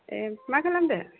ए मा खालामदो